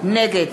נגד